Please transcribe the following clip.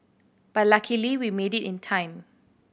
but luckily we made it in time